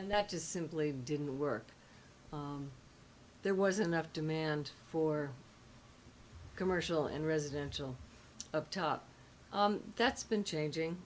and that just simply didn't work there was enough demand for commercial and residential up top that's been changing